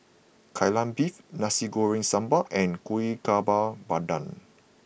Kai Lan Beef Nasi Goreng Sambal and Kuih Bakar Pandan